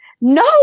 No